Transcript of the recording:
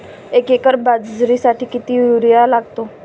एक एकर बाजरीसाठी किती युरिया लागतो?